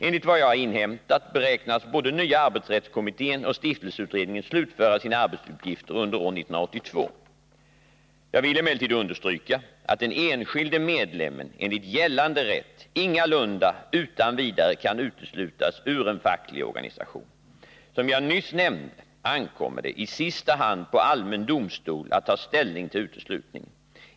Enligt vad jag har inhämtat beräknas både nya arbetsrättskommittén och stiftelseutredningen slutföra sina arbetsuppgifter under år 1982. Jag vill emellertid understryka att den enskilde medlemmen enligt gällande rätt ingalunda utan vidare kan uteslutas ur en facklig organisation. Som jag nyss nämnde ankommer det i sista hand på allmän domstol att ta Nr 37 ställning till uteslutningen.